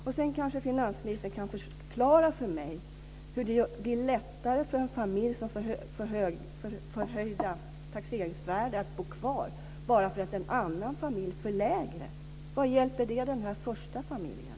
Och sedan kanske finansministern kan förklara för mig hur det blir lättare för en familj som får högre taxeringsvärde att bo kvar bara för att en annan familj får lägre taxeringsvärde? Vad hjälper det den första familjen?